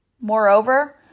Moreover